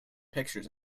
pictures